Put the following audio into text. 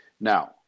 Now